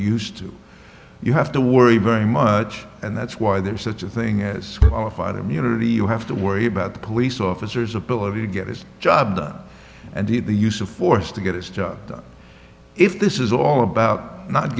used you have to worry very much and that's why there's such a thing as a fight immunity you have to worry about the police officers ability to get his job and the use of force to get his job done if this is all about not